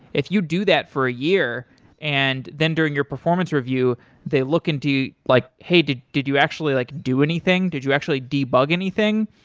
if you do that for a year and then during your performance review they look into like, hey, did did you actually like do anything? did you actually debug anything?